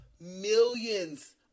millions